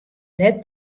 net